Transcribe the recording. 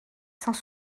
sans